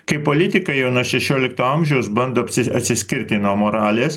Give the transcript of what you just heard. kai politikai jau nuo šešiolikto amžiaus bando atsiskirti nuo moralės